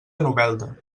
novelda